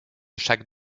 chaque